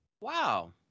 Wow